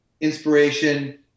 inspiration